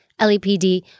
LEPD